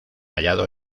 hallado